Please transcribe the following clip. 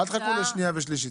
אל תחכו לקריאה שנייה ושלישית.